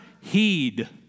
heed